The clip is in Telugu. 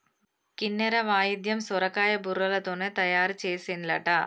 కిన్నెర వాయిద్యం సొరకాయ బుర్రలతోనే తయారు చేసిన్లట